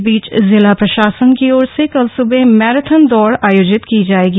इस बीच जिला प्रशासन की ओर से कल सुबह मैराथन दौड़ आयोजित की जाएगी